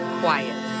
quiet